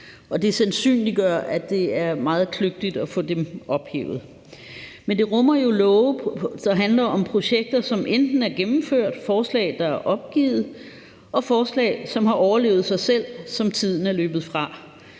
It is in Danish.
Det sandsynliggør, at det er meget kløgtigt at få dem ophævet. Forslaget rummer jo love, der handler om projekter, som enten er gennemført, forslag, der er opgivet, og forslag, som har overlevet sig selv, og som tiden er løbet fra.